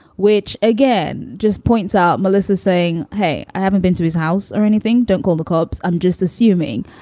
which again, just points out, melissa saying, hey, i haven't been to his house or anything. don't call the cops. i'm just assuming.